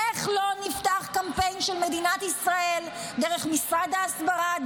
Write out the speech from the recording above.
איך לא נפתח קמפיין של מדינת ישראל דרך משרד ההסברה,